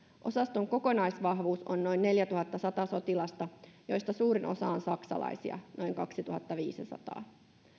osaston kokonaisvahvuus on noin neljätuhattasata sotilasta joista suurin osa on saksalaisia noin kaksituhattaviisisataa